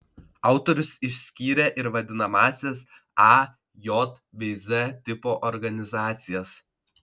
autorius išskyrė ir vadinamąsias a j bei z tipo organizacijas